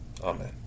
Amen